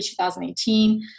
2018